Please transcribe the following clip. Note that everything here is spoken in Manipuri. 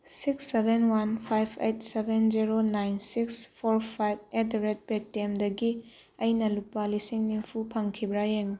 six seven one five eight seven zero nine six four five eight ꯗ ꯔꯦꯠ ꯄꯦ ꯇꯤ ꯑꯦꯝꯗꯒꯤ ꯑꯩꯅ ꯂꯨꯄꯥ ꯂꯤꯁꯤꯡ ꯅꯤꯐꯨ ꯐꯪꯈꯤꯕ꯭ꯔꯥ ꯌꯦꯡꯉꯨ